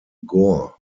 gore